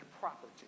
property